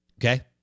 okay